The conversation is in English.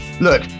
Look